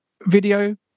video